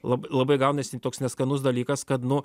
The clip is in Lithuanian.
lab labai gaunasi toks neskanus dalykas kad nu